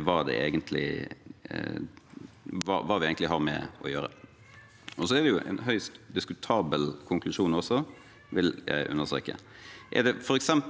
hva vi egentlig har med å gjøre. Det er også en høyst diskutabel konklusjon, vil jeg understreke. Er det f.eks. –